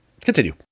continue